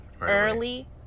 early